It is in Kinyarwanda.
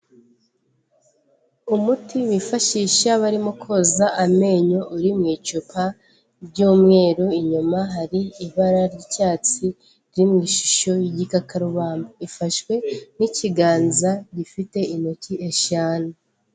Umuti wifashisha barimo koza amenyo uri mu icupa ry'umweru, inyuma hari ibara ry'icyatsi riri mu ishusho y'igikakarubamba, ifashwe n'ikiganza gifite intoki eshanu.